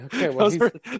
Okay